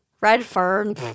Redfern